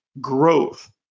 growth